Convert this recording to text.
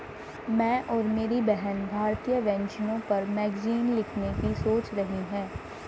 मैं और मेरी बहन भारतीय व्यंजनों पर मैगजीन लिखने की सोच रही है